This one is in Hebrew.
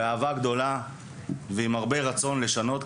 וכל זאת באהבה גדולה ועם הרבה רצון לשנות.